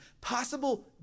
possible